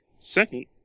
Second